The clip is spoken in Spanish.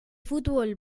fútbol